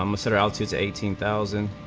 um sort of celtics eighteen thousand